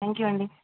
thank you అండి